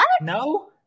no